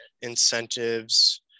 incentives